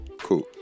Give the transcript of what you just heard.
cool